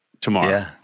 tomorrow